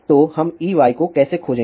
तो हम Ey को कैसे खोजेंगे